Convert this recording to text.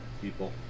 people